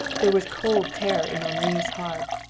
there was cold terror in henri's heart.